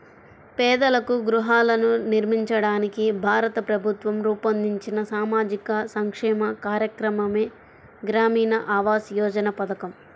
పేదలకు గృహాలను నిర్మించడానికి భారత ప్రభుత్వం రూపొందించిన సామాజిక సంక్షేమ కార్యక్రమమే గ్రామీణ ఆవాస్ యోజన పథకం